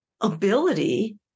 ability